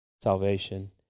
salvation